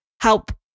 help